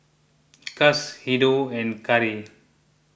Guss Hideo and Carry